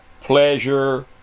pleasure